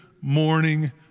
morning